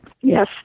Yes